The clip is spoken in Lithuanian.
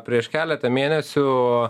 prieš keletą mėnesių